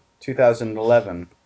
2011